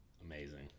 Amazing